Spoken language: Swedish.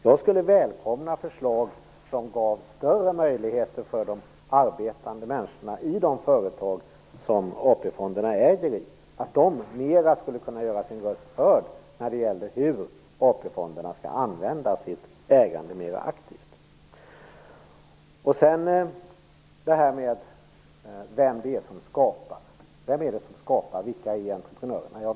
Jag skulle välkomna förslag som gav större möjligheter för de arbetande människorna i de företag som AP fonderna äger aktier i att göra sin röst hörd när det gäller hur AP-fonderna skall använda sitt ägande mer aktivt. Sedan har vi detta med vem det är som skapar. Vilka är entreprenörerna?